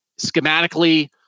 schematically